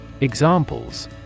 Examples